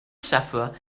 sufferer